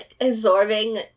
absorbing